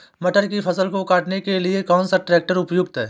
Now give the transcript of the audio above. मटर की फसल को काटने के लिए कौन सा ट्रैक्टर उपयुक्त है?